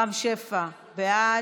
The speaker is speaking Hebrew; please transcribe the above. רם שפע, בעד,